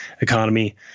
economy